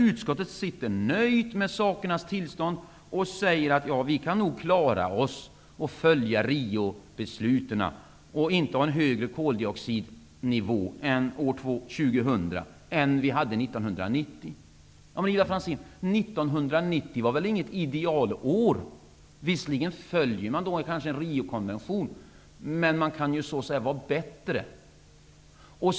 Utskottet sitter nöjt med sakernas tillstånd och säger att vi nog kan klara oss och följa Riobesluten och inte ha en högre koldioxidnivå år 2000 än vi hade 1990. Men, Ivar Franzén, 1990 var väl inget idealår? Man följde visserligen en Riokonferens, men man kan vara bättre.